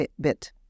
bit